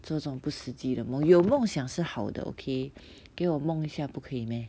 这种不实际的梦有梦想是好的 okay 给我梦一下不可以 meh